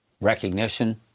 recognition